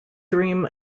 dream